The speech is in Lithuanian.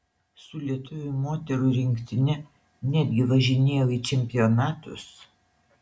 su lietuvių moterų rinktine netgi važinėjau į čempionatus